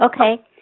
Okay